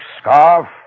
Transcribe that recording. scarf